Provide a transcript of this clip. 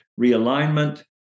Realignment